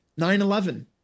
9-11